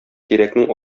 тирәкнең